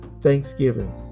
Thanksgiving